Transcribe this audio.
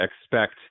expect